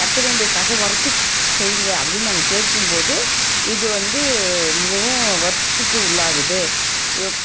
கட்ட வேண்டிய காசை குறைச்சி ஸ் செய்யுங்க அப்படின்னு நாங்கள் கேட்கும்போது இது வந்து மிகவும் வருத்தத்துக்கு உள்ளாகுது எப்